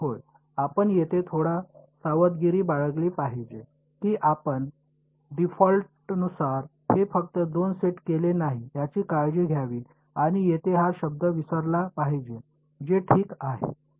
होय आपण येथे थोडा सावधगिरी बाळगली पाहिजे की आपण डीफॉल्टनुसार हे फक्त 2 सेट केले नाही याची काळजी घ्यावी आणि येथे हा शब्द विसरला पाहिजे हे ठीक आहे